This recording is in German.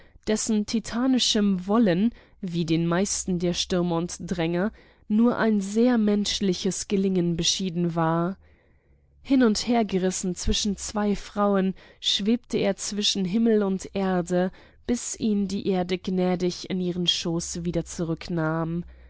dessen titanischem wollen wie den meisten stürmern und drängern nur ein sehr menschliches gelingen beschieden war hin und her gerissen zwischen zwei frauen schwebte er zwischen himmel und erde bis ihn die erde gnädig in ihren schoß zurücknahm